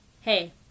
hey